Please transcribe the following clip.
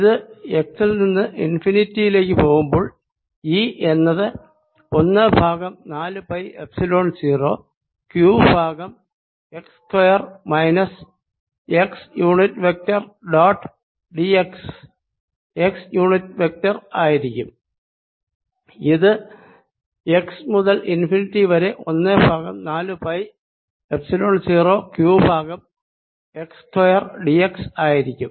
ഇത് എക്സിൽ നിന്ന് ഇൻഫിനിറ്റിയിലേക്ക് പോകുമ്പോൾ E എന്നത് ഒന്ന് ബൈ നാലു pi epsilon 0 Q by x square minus x unit vector dot d x x unit vector ആയിരിക്കും ഇത് x മുതൽ ഇൻഫിനിറ്റി വരെ ഒന്ന് ബൈ നാലു pi epsilon 0 Q by x square d x ആയിരിക്കും